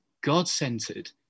God-centered